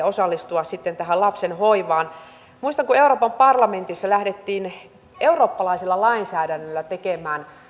osallistua tähän lapsen hoivaan muistan kun euroopan parlamentissa lähdettiin eurooppalaisella lainsäädännöllä tekemään